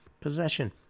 possession